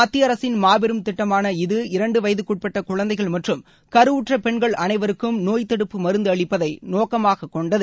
மத்திய அரசின் மாபெரும் திட்டமான இது இரண்டு வயதுக்குட்பட்ட குழந்தைகள் மற்றும் கருவுற்ற பெண்கள் அனைவருக்கும் நோய்த்தடுப்பு மருந்து அளிப்பதை நோக்கமாக கொண்டது